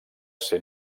ser